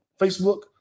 Facebook